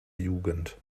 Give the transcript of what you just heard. jugend